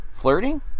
flirting